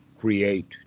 create